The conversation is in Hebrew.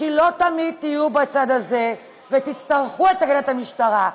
כי לא תמיד תהיו בצד הזה, ותצטרכו את הגנת המשטרה.